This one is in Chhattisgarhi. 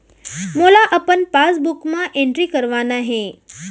मोला अपन पासबुक म एंट्री करवाना हे?